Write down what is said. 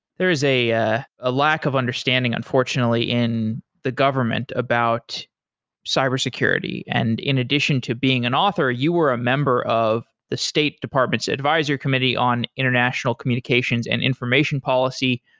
there is a ah a lack of understanding unfortunately in the government about cybersecurity. and in addition to being an author, you were a member of the state department's advisory committee on international communications and information policy.